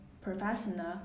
professional